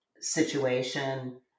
situation